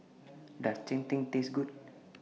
Does Cheng Tng Taste Good